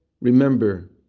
Remember